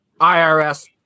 IRS